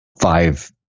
five